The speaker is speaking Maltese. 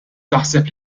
taħseb